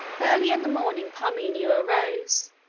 early in the morning parmenio arose,